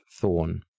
thorn